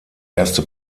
erste